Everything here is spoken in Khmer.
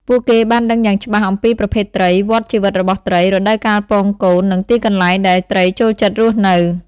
ពួកគេបានដឹងយ៉ាងច្បាស់អំពីប្រភេទត្រី វដ្តជីវិតរបស់ត្រី រដូវកាលពងកូន និងទីកន្លែងដែលត្រីចូលចិត្តរស់នៅ។